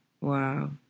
Wow